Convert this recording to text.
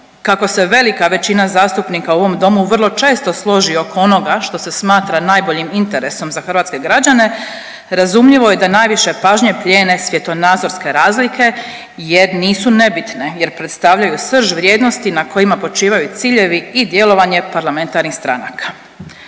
kako se velika većina zastupnika u ovom domu vrlo često složi oko onoga što se smatra najboljim interesom za hrvatske građane, razumljivo je da najviše pažnje plijene svjetonazorske razlike jer nisu nebitne jer predstavljaju srž vrijednosti na kojima počivaju ciljevi i djelovanje parlamentarnih stranaka.